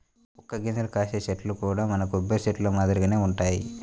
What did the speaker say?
వక్క గింజలు కాసే చెట్లు కూడా మన కొబ్బరి చెట్లు మాదిరిగానే వుంటయ్యి